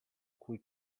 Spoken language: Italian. cui